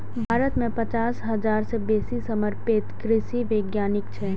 भारत मे पचास हजार सं बेसी समर्पित कृषि वैज्ञानिक छै